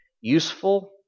useful